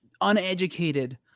uneducated